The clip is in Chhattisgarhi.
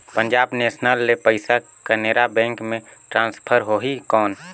पंजाब नेशनल ले पइसा केनेरा बैंक मे ट्रांसफर होहि कौन?